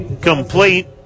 complete